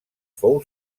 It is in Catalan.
fou